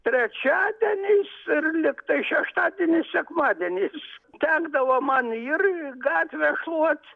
trečiadieniais ir lygtais šeštadieniais sekmadieniais tekdavo man ir gatvę šluot